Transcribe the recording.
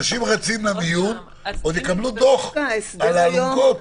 אנשים ירוצו למיון, עוד יקבלו דוח על האלונקות.